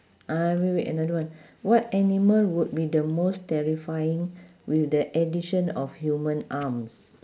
ah wait wait another one what animal would be the most terrifying with the addition of human arms